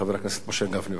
חבר הכנסת משה גפני.